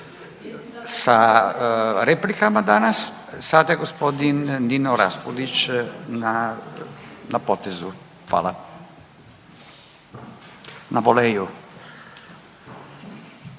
sa replikama danas. Sada je g. Nino Raspudić na potezu. Hvala. Na voleju.